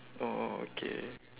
oh okay